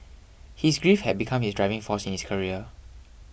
his grief had become his driving force in his career